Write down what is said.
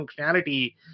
functionality